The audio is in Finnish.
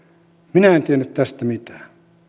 minä en tiennyt tästä mitään